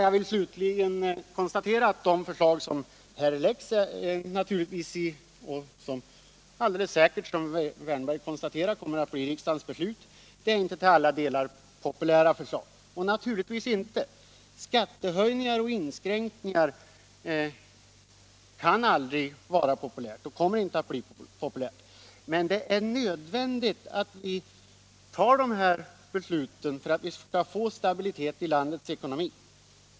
Jag vill slutligen konstatera att de förslag som nu framläggs - som herr Wärnberg sade kommer de alldeles säkert att bli riksdagens beslut — inte till alla delar är populära förslag — naturligtvis inte. Skattehöjningar och inskränkningar kan aldrig vara populära och kommer inte att bli populära, men det är nödvändigt att vi fattar dessa beslut för att få stabilitet i landets ekonomi.